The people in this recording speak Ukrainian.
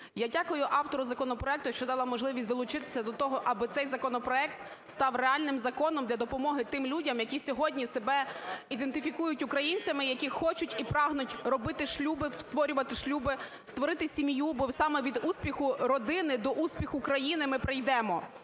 Я дякую автору законопроекту, що дала можливість долучитися до того аби цей законопроект став реальним законом для допомоги тим людям, які сьогодні себе ідентифікують українцями, які хочуть і прагнуть робити шлюби, створювати шлюби, створити сім'ю, бо саме від успіху родини до успіху країни ми прийдемо.